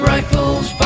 Rifles